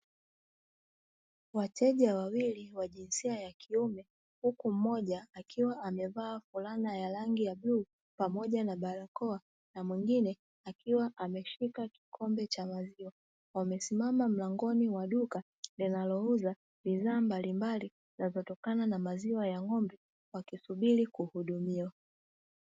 Wateja wawili wa jinsia ya kiume huku mmoja akiwa amevaa fulana ya rangi ya bluu pamoja na barajoa na mwingine akiwa ameshika kikombe cha maziwa, wamesimama nje ya mlango wa duka linalouza bidhaa mbalimbali zinazotokana na maziwa ya ng`ombe wakisubiri kuhudumiwa.